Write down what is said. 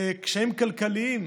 קשיים כלכליים,